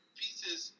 pieces